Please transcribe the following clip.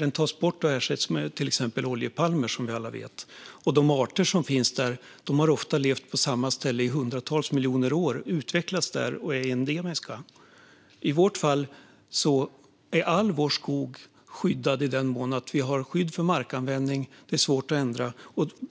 Den tas bort och ersätts med till exempel oljepalmer, som vi alla vet. De arter som finns där har ofta levt på samma ställe i hundratals miljoner år, har utvecklats där och är endemiska. I vårt fall är all skog skyddad såtillvida att vi har skydd för markanvändning; detta är svårt att ändra.